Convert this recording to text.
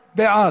11 בעד,